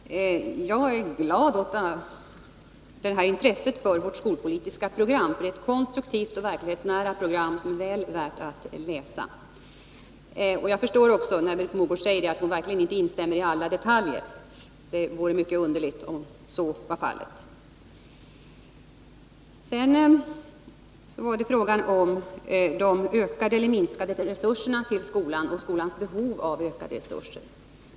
Herr talman! Jag är glad åt det här intresset för vårt skolpolitiska program. Det är ett konstruktivt och verklighetsnära program som är väl värt att läsa. Jag förstår också, när Britt Mogård säger det, att hon verkligen inte instämmer i alla detaljer — det vore mycket underligt om så var fallet. Sedan var det fråga om de ökade eller minskade resurserna till skolan och skolans behov av ökade resurser.